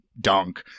dunk